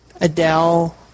Adele